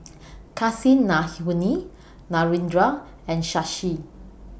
Kasinadhuni Narendra and Shashi